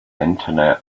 internet